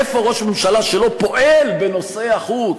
איפה ראש ממשלה שלא פועל בנושאי החוץ?